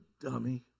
dummy